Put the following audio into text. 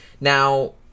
Now